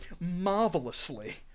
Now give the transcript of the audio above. marvelously